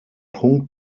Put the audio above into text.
punkt